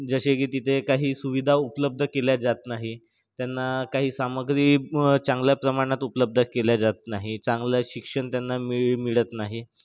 जसे की तिथे काही सुविधा उपलब्ध केल्या जात नाही त्यांना काही सामग्री चांगल्या प्रमाणात उपलब्ध केली जात नाही चांगलं शिक्षण त्यांना मी मिळत नाही